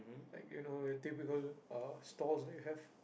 like you know your typical uh stalls that you have